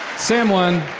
sam won